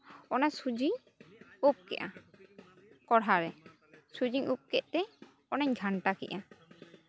ᱚᱱᱟ ᱥᱩᱡᱤᱧ ᱩᱵ ᱠᱮᱫᱟ ᱠᱚᱲᱦᱟᱨᱮ ᱥᱩᱡᱤᱧ ᱩᱵ ᱠᱮᱫ ᱛᱮ ᱚᱱᱟᱧ ᱜᱷᱟᱱᱴᱟ ᱠᱮᱫᱟ